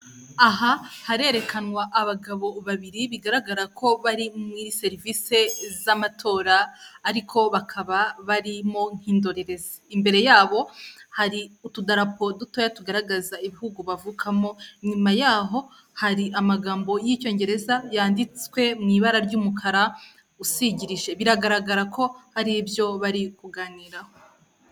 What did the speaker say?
Aha harerekanwa abagabo babiri bigaragara ko bari muri serivisi z'amatora ariko bakaba barimo nk'indorerezi. Imbere yabo hari utudarapo dutoya tugaragaza ibihugu bavukamo, inyuma yaho hari amagambo y'icyongereza yanditswe mu ibara ry'umukara usigirije. Biragaragara ko hari ibyo bari kuganiraho.